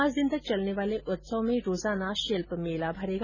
पांच दिन तक चलने वाले उत्सव में रोजाना शिल्प मेला लगेगा